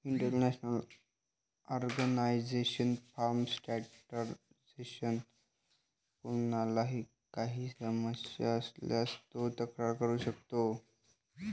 international organization for standardization मध्ये कोणाला काही समस्या असल्यास तो तक्रार करू शकतो